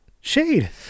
shade